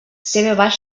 cent